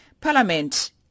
Parliament